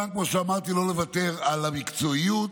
וכמובן, כמו שאמרתי, לא לוותר על המקצועיות.